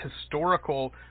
historical